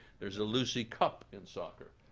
there's a lucy cup in soccer.